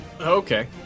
Okay